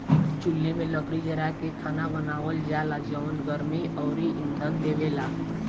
चुल्हि में लकड़ी जारा के खाना बनावल जाला जवन गर्मी अउरी इंधन देवेला